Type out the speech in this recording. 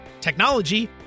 technology